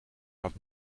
had